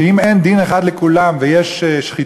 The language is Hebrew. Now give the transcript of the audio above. שאם אין דין אחד לכולם ויש שחיתות,